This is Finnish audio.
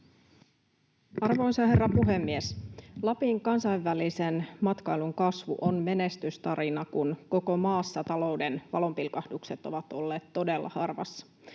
Arvoisa herra puhemies! Lapin kansainvälisen matkailun kasvu on menestystarina, kun koko maassa talouden valonpilkahdukset ovat olleet todella harvassa.